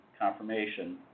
confirmation